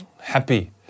happy